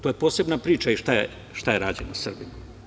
To je posebna priča i šta je rađeno Srbima.